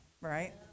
right